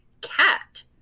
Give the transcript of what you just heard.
cat